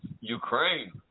ukraine